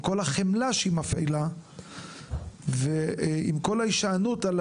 כל החמלה שהיא מפעילה ועם כל ההישענות על